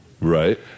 Right